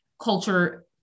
Culture